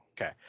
Okay